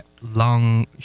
long